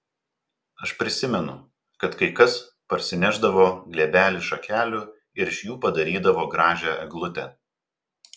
aš prisimenu kad kai kas parsinešdavo glėbelį šakelių ir iš jų padarydavo gražią eglutę